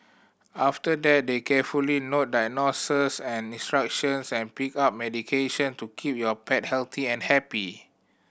after that they carefully note diagnoses and instructions and pick up medication to keep your pet healthy and happy